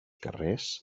carrers